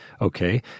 Okay